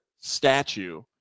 statue